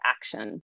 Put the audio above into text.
action